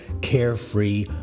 carefree